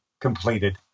completed